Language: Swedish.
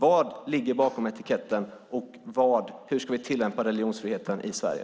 Vad ligger bakom etiketten och hur ska vi tillämpa religionsfriheten i Sverige?